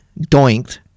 Doinked